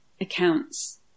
accounts